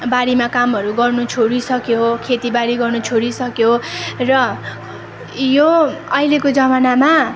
बारीमा कामहरू गर्नु छोडिसक्यो खेतीबारी गर्नु छोडिसक्यो र यो अहिलेको जमानामा